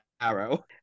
arrow